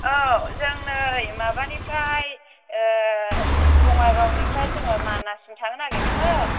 औ जों नै माबानिफ्राय बङाइगावनिफ्राय जोङो मानाससिम थांनो नागिरदोंमोन